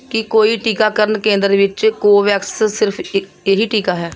ਕੀ ਕੋਈ ਟੀਕਾਕਰਨ ਕੇਂਦਰ ਵਿੱਚ ਕੋਵੋਵੈਕਸ ਸਿਰਫ਼ ਇ ਇਹ ਹੀ ਟੀਕਾ ਹੈ